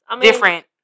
different